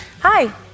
Hi